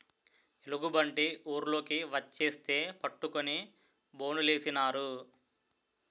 ఎలుగుబంటి ఊర్లోకి వచ్చేస్తే పట్టుకొని బోనులేసినారు